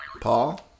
Paul